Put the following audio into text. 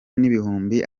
n’ibihumbi